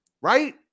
right